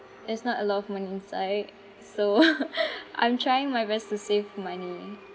there's not a lot of money inside so I'm trying my best to save money